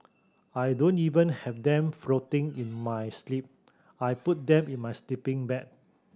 I don't even have them floating in my sleep I put them in my sleeping bag